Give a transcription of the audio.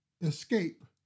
escape